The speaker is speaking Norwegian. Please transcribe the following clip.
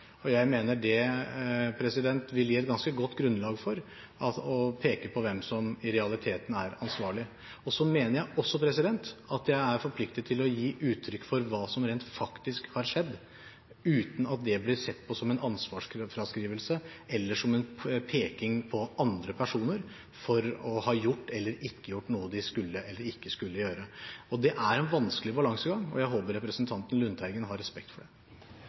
Jeg mener det vil gi et ganske godt grunnlag for å peke på hvem som i realiteten er ansvarlig. Så mener jeg også at jeg er forpliktet til å gi uttrykk for hva som rent faktisk har skjedd, uten at det blir sett på som en ansvarsfraskrivelse eller som en peking på andre personer for å ha gjort eller ikke gjort noe de skulle eller ikke skulle gjøre. Det er en vanskelig balansegang, og jeg håper representanten Lundteigen har respekt for det.